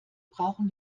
brauchen